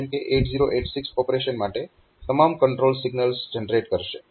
જેમ કે 8086 ઓપરેશન માટે તમામ કંટ્રોલ સિગ્નલ્સ જનરેટ કરશે